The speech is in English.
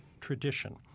tradition